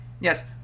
Yes